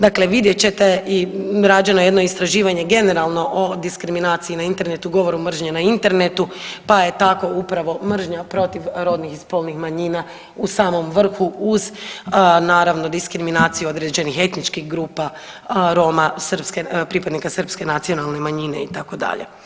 Dakle, vidjet ćete i rađeno je jedno istraživanje generalno o diskriminaciji na internetu, govorom mržnje na internetu, pa je tako upravo mržnja protiv rodnih i spolnih manjina u samom vrhu uz naravno diskriminaciju određenih etničkih grupa Roma, pripadnika srpske nacionalne manjine itd.